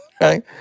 right